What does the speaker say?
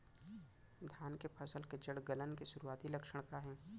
धान के फसल के जड़ गलन के शुरुआती लक्षण का हे?